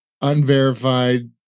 unverified